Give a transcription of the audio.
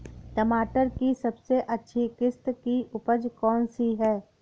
टमाटर की सबसे अच्छी किश्त की उपज कौन सी है?